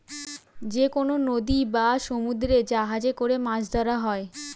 যেকনো নদী বা সমুদ্রে জাহাজে করে মাছ ধরা হয়